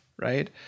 Right